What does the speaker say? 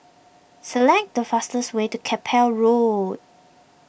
select the fastest way to Keppel Road